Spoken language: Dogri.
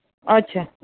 अच्छा